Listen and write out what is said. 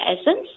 essence